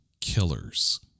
killers